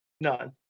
none